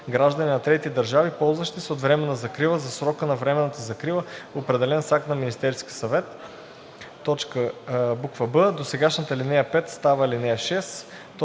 граждани на трети държави, ползващи се от временна закрила, за срока на временната закрила, определен с акт на Министерския съвет.“ б) досегашната ал. 5 става ал. 6.